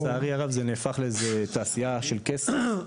היום לצערי זה נהפך לאיזו תעשייה של כסף.